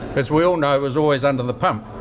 as we all know, is always under the pump.